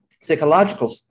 psychological